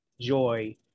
joy